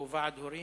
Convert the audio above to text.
או ועד הורים,